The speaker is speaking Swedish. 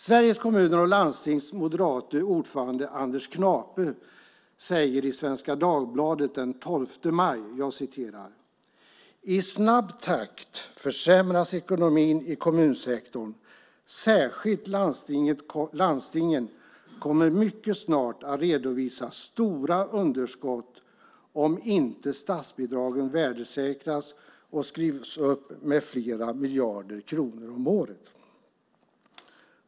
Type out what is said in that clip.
Sveriges Kommuner och Landstings moderate ordförande Anders Knape sade i Svenska Dagbladet den 12 maj att ekonomin i kommunsektorn försämras i snabb takt, särskilt landstingen kommer mycket snart att redovisa stora underskott om inte statsbidragen värdesäkras och skrivs upp med flera miljarder kronor om året.